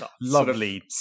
lovely